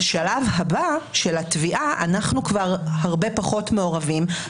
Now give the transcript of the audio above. בשלב הבא של התביעה אנחנו כבר הרבה פחות מעורבים,